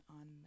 on